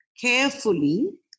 carefully